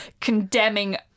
condemning